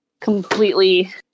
completely